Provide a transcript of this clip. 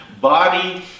body